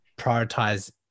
prioritize